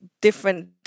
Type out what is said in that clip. different